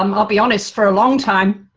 um i'll be honest for a long time,